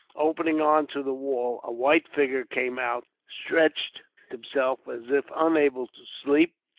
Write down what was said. opening on to the wall, a white figure came out, stretched himself as if unable to sleep,